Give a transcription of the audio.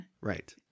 Right